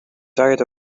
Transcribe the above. diet